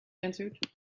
answered